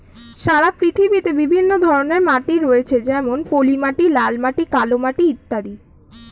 সারা পৃথিবীতে বিভিন্ন ধরনের মাটি রয়েছে যেমন পলিমাটি, লাল মাটি, কালো মাটি ইত্যাদি